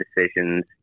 decisions